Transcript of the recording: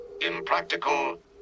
Impractical